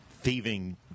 thieving